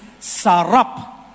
Sarap